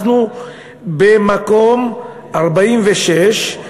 אנחנו במקום 46,